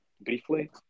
briefly